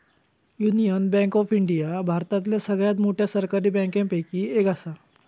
union bank of India भारतातल्या सगळ्यात मोठ्या सरकारी बँकांपैकी एक असा